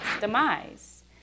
demise